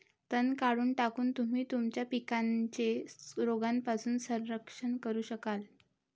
तण काढून टाकून, तुम्ही तुमच्या पिकांचे रोगांपासून संरक्षण करू शकाल